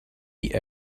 die